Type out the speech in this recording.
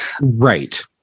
Right